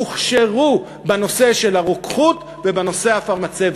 הוכשרו בנושא של הרוקחות ובנושא הפרמצבטי.